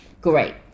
Great